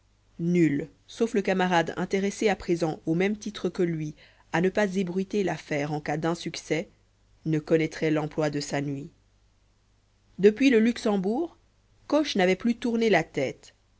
nul sauf le camarade intéressé à présent au même titre que lui à ne pas ébruiter l'affaire en cas d'insuccès ne connaîtrait l'emploi de sa nuit depuis le luxembourg coche n'avait plus tourné la tête